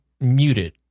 muted